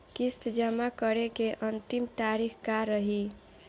किस्त जमा करे के अंतिम तारीख का रही?